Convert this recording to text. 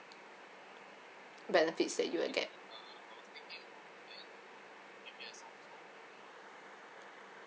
benefits that you will get